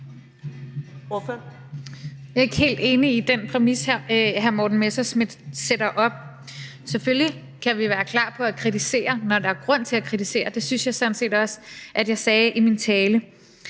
Jeg er ikke helt enig i den præmis, hr. Morten Messerschmidt sætter op. Selvfølgelig kan vi være klar på at kritisere, når der er grund til at kritisere, og det synes jeg sådan set også at jeg sagde i min tale.